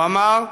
הוא אמר: